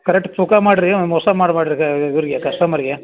correct ತೂಕ ಮಾಡಿರಿ ಮೋಸ ಮಾಡ್ಬಾಡ್ರಿ ಇವರಿಗೆ ಕಸ್ಟಮರ್ಗೆ